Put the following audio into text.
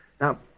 Now